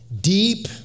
deep